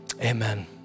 Amen